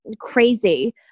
crazy